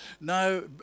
no